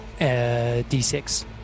d6